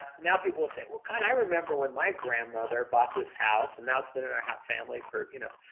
now people will say, well, i remember when my grandmother bought this house and now it's been in our family for, you know.